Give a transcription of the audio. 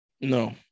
No